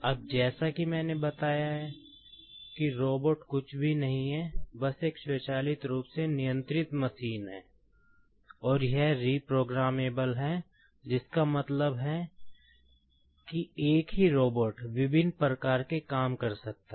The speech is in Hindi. अब जैसा कि मैंने बताया है कि रोबोट कर सकता है